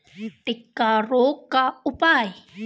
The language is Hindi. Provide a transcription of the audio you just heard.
टिक्का रोग का उपाय?